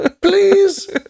Please